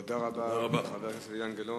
תודה רבה, חבר הכנסת אילן גילאון.